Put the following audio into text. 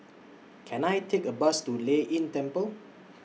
Can I Take A Bus to Lei Yin Temple